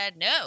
no